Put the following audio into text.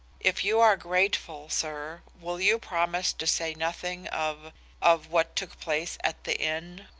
if you are grateful, sir, will you promise to say nothing of of what took place at the inn